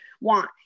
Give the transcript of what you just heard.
want